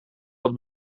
dat